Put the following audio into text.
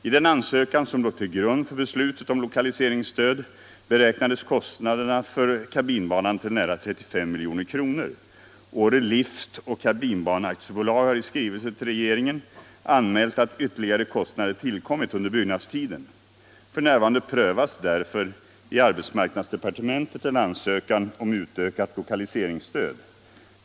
I den ansökan som låg till grund för beslutet om lokaliseringsstöd beräknades kostnaderna för kabinbanan till nära 35 milj.kr. Åre Liftoch Kabinbane AB har i skrivelse till regeringen anmält att ytterligare kostnader tillkommit under byggnadstiden. F. n. prövas därför i arbetsmarknadsdepartementet en ansökan om utökat lokaliseringsstöd.